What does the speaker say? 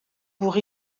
pour